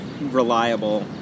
reliable